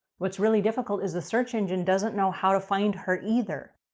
what's really difficult is the search engine doesn't know how to find her either.